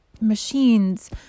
machines